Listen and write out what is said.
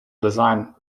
design